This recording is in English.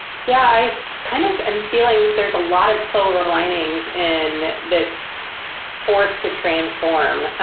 yeah, i kind of am feeling there's a lot of silver linings in this forced to transform.